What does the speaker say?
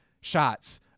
shots